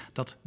dat